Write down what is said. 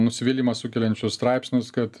nusivylimą sukeliančius straipsnius kad